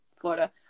Florida